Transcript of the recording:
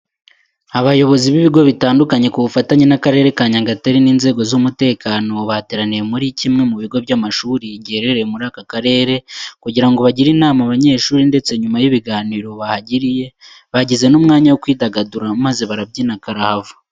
Abayobozi b'ibigo bitandukanye ku bufatanye n'Akarere ka Nyagatare n'inzego z'umutekano bateraniye muri kimwe mu bigo by'amashuri giherereye muri aka karere kugira ngo bagire inama abanyeshuri ndetse nyuma y'ibiganiro bahagiriye, bagize n'umwanya wo kwidagadura maze barabyina karahava.